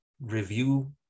review